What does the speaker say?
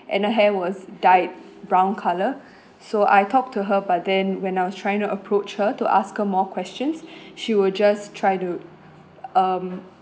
and her hair was dyed brown colour so I talked to her but then when I was trying to approach her to ask her more questions she will just try to um